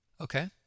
Okay